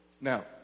Now